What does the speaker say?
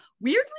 weirdly